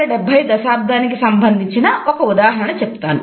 1970 దశాబ్దానికి సంబంధించి ఒక ఉదాహరణ చెబుతాను